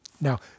Now